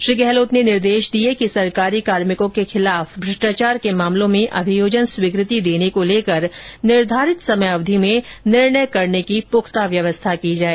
श्री गहलोत ने निर्देश दिए हैं कि सरकारी कार्मिकों के खिलाफ भ्रष्टाचार के मामलों में अभियोजन स्वीकृति देने को लेकर निर्धारित समयावधि में निर्णय करने की पुख्ता व्यवस्था की जाए